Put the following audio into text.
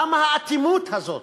למה האטימות הזאת?